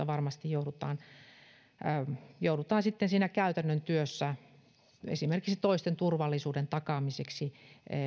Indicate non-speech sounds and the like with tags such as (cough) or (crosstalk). (unintelligible) varmasti joudutaan joudutaan sitten siinä käytännön työssä niitä rajanvetoja tekemään esimerkiksi toisten turvallisuuden takaamiseksi